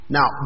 Now